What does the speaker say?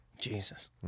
Jesus